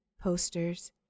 posters